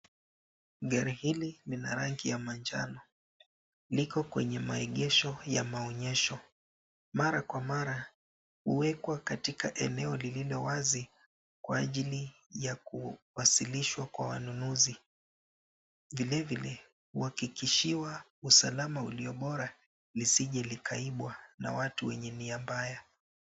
Gari hili ni la rangi ya manjano. Liko kwenye maegesho ya maonyesho. Mara kwa mara, huwekwa katika eneo lililo wazi, kwa ajili ya kuwasilishwa kwa wanunuzi. Vilevile, huhakikishiwa usalama ulio bora, lisije likaibwa na watu wenye nia mbaya.